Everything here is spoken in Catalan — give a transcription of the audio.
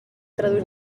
traduir